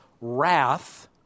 wrath